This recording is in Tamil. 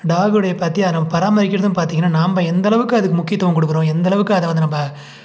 டாகோடைய பற்றி அதை நம்ம பராமரிக்கிறதும் பார்த்திங்கன்னா நம்ப எந்தளவுக்கு அதுக்கு முக்கியத்துவம் கொடுக்குறோம் எந்தளவுக்கு அதை வந்து நம்ம